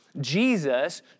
Jesus